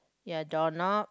ya door knob